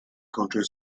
country